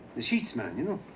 the sheets, man. you know.